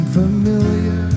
familiar